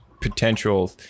potential